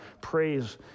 praise